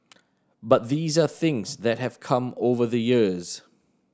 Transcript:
but these are things that have come over the years